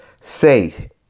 say